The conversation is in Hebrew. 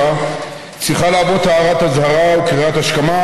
צריכה להוות הערת אזהרה וקריאת השכמה,